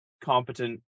competent